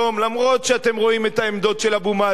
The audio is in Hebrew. אפילו שאתם רואים את העמדות של אבו מאזן,